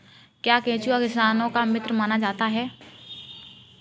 क्या केंचुआ किसानों का मित्र माना जाता है?